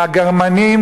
הגרמנים,